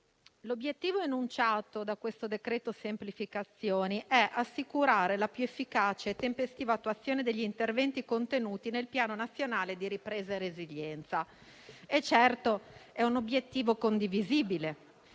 l'obiettivo enunciato dal decreto-legge in esame è assicurare la più efficace e tempestiva attuazione degli interventi contenuti nel Piano nazionale di ripresa e resilienza. Di certo, è un obiettivo condivisibile